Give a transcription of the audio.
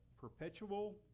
perpetual